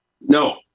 No